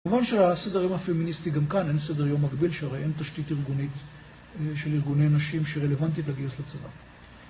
כמובן שהסדר יום הפמיניסטי גם כאן, אין סדר יום מגביל שהרי אין תשתית ארגונית של ארגוני נשים שרלוונטית לגיוס לצבא.